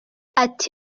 ati